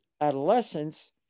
adolescence